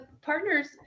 partners